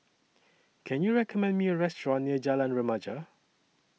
Can YOU recommend Me A Restaurant near Jalan Remaja